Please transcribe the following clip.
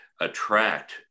attract